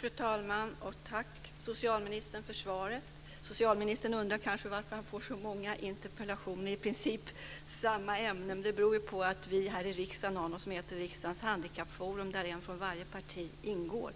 Fru talman! Tack, socialministern, för svaret. Socialministern undrar kanske varför han får så många interpellationer om i princip samma ämne, men det beror på att vi i riksdagen har något som heter Riksdagens handikappforum, där en från varje parti ingår.